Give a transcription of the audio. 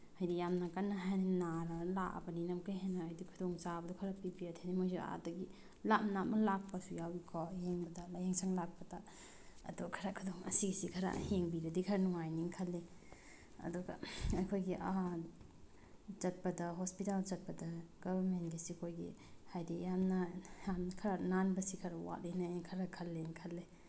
ꯍꯥꯏꯗꯤ ꯌꯥꯝꯅ ꯀꯟꯅ ꯍꯦꯟꯅ ꯅꯥꯗꯅ ꯂꯥꯛꯑꯕꯅꯤꯅ ꯑꯃꯨꯛ ꯍꯦꯟꯅ ꯍꯥꯏꯗꯤ ꯈꯨꯗꯣꯡꯆꯥꯕꯗꯣ ꯈꯔ ꯄꯤꯕꯤꯔꯗꯤ ꯃꯣꯏꯁꯨ ꯑꯥꯗꯒꯤ ꯂꯥꯞꯅ ꯑꯃ ꯂꯥꯛꯄꯁꯨ ꯌꯥꯎꯋꯤꯀꯣ ꯌꯦꯡꯕꯗ ꯂꯥꯌꯦꯡꯁꯪ ꯂꯥꯛꯄꯗ ꯑꯗꯨ ꯈꯔ ꯑꯁꯤꯒꯤꯁꯤ ꯈꯔ ꯌꯦꯡꯕꯤꯔꯗꯤ ꯈꯔ ꯅꯨꯡꯉꯥꯏꯅꯤ ꯈꯜꯂꯤ ꯑꯗꯨꯒ ꯑꯩꯈꯣꯏꯒꯤ ꯆꯠꯄꯗ ꯍꯣꯁꯄꯤꯇꯥꯜ ꯆꯠꯄꯗ ꯒꯕꯔꯃꯦꯟꯒꯤꯁꯤ ꯑꯩꯈꯣꯏꯒꯤ ꯍꯥꯏꯗꯤ ꯌꯥꯝꯅ ꯌꯥꯝꯅ ꯈꯔ ꯅꯥꯟꯕꯁꯤ ꯈꯔ ꯋꯥꯠꯂꯤꯅ ꯑꯩꯅ ꯈꯔ ꯈꯜꯂꯤꯅ ꯈꯜꯂꯤ